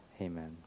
Amen